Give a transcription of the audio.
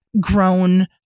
grown